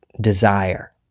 desire